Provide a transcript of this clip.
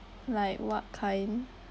like what kind